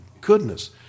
goodness